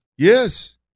Yes